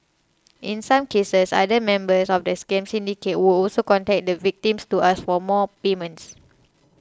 in some cases other members of the scam syndicate would also contact the victims to ask for more payments